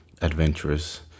adventurous